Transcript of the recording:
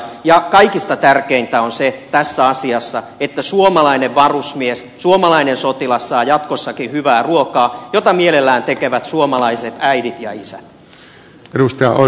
ja kaikista tärkeintä tässä asiassa on se että suomalainen varusmies suomalainen sotilas saa jatkossakin hyvää ruokaa jota mielellään tekevät suomalaiset äidit ja isät